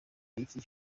z’iki